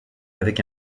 avec